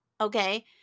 Okay